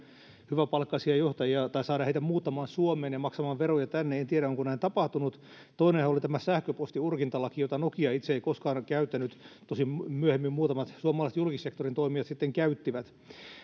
hyväpalkkaisia johtajia muuttamaan suomeen ja maksamaan veroja tänne en tiedä onko näin tapahtunut toinenhan oli tämä sähköpostiurkintalaki jota nokia itse ei koskaan ole käyttänyt tosin myöhemmin muutamat suomalaiset julkissektorin toimijat sitten käyttivät nyt